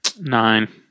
Nine